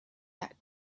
that